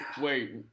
Wait